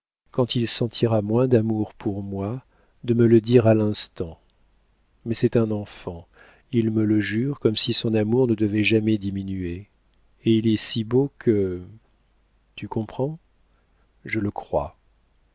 quand il sentira moins d'amour pour moi de me le dire à l'instant mais c'est un enfant il me le jure comme si son amour ne devait jamais diminuer et il est si beau que tu comprends je le crois